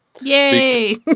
Yay